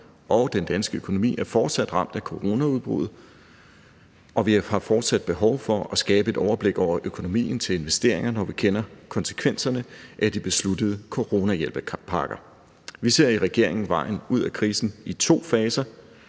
og den danske økonomi er fortsat ramt af coronaudbruddet, og vi har fortsat behov for at skabe et overblik over økonomien til investeringer, når vi kender konsekvenserne af de besluttede coronahjælpepakker. Vi ser i regeringen vejen ud af krisen i to faser: